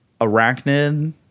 Arachnid